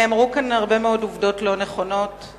נאמרו פה הרבה מאוד דברים לא נכונים שהוצגו כעובדות.